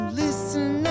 listen